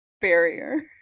barrier